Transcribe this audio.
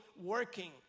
working